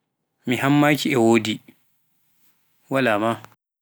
mi hammaaki e wodi, waala maa.